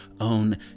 own